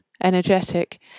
energetic